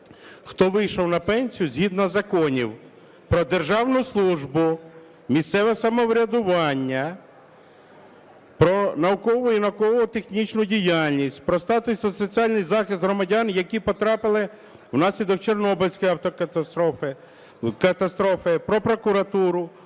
хто вийшов на пенсію згідно законів про державну службу, місцеве самоврядування, про наукову і науково-технічну діяльність, про статус та соціальний захист громадян, які потрапили внаслідок Чорнобильської катастрофи, про прокуратуру,